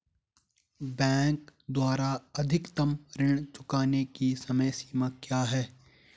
Bank द्वारा अधिकतम ऋण चुकाने की समय सीमा क्या है?